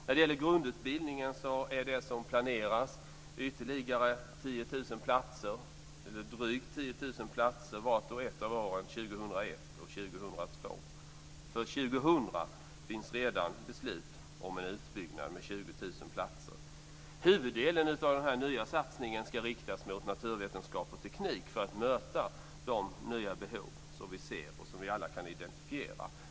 När det gäller grundutbildningen planeras det ytterligare drygt 10 000 platser vart och ett av åren 2001 och 2002. För år 2000 finns det redan ett beslut om en utbyggnad med 20 000 platser. Huvuddelen av den nya satsningen ska riktas mot naturvetenskap och teknik för att möta de nya behov som vi ser och som vi alla kan identifiera.